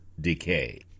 decay